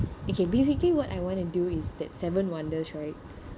okay basically what I want to do is that seven wonders right